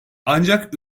ancak